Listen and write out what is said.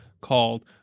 called